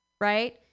right